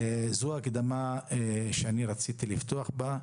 זו ההקדמה שרציתי לפתוח בה.